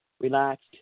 relaxed